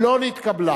לא נתקבלה.